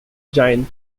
giant